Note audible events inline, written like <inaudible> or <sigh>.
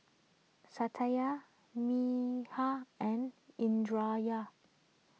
Satya <unintelligible> and <unintelligible>